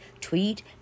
tweet